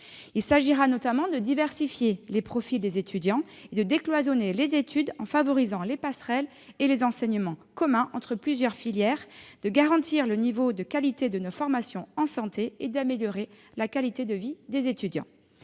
Il s'agira notamment de diversifier les profils des étudiants et de décloisonner les études, en favorisant les passerelles et les enseignements communs entre plusieurs filières, de garantir le niveau de qualité de nos formations en santé et d'améliorer la qualité de vie des étudiants.